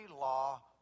law